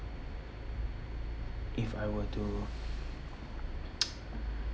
if I were to